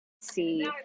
see